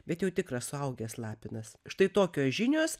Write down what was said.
bet jau tikras suaugęs lapinas štai tokios žinios